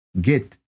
get